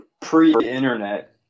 pre-internet